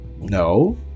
No